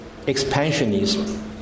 expansionism